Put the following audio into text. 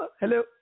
Hello